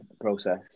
process